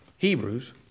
Hebrews